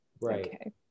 Right